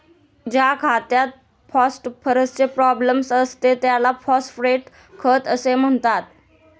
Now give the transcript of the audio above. ज्या खतात फॉस्फरसचे प्राबल्य असते त्याला फॉस्फेट खत असे म्हणतात